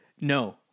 No